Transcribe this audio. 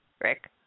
Rick